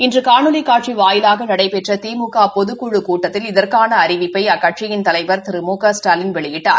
இன்று காணொலி காட்சி வாயிலாக நடைபெற்ற திமுக பொதுக்குழுக் கூட்டத்தில் இதற்கான அறிவிப்பிளை அக்கட்சியின் தலைவர் திரு முக ஸ்டாலின் வெளியிட்டார்